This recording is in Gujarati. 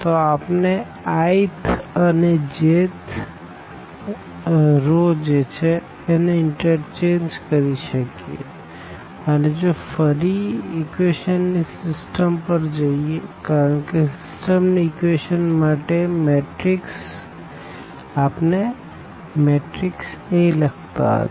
તો આપણે i th અને j th ને ઇન્ટરચેન્જ કરી શકીએ અને જો ફરી ઇક્વેશન ની સીસ્ટમ પર જઈએ કારણ કે સીસ્ટમ ની ઇક્વેશન માટે આપણે મેટ્રીક્સ A લખતા હતા